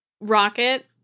Rocket